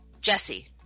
Jesse